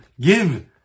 give